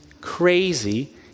crazy